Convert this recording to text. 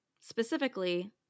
specifically